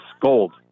gold